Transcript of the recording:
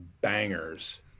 bangers